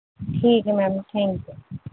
ٹھیک ہے ma'am thank you